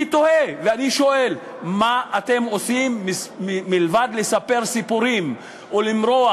אני תוהה ואני שואל מה אתם עושים מלבד לספר סיפורים או למרוח.